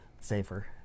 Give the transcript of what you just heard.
Safer